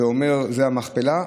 זו המכפלה.